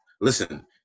listen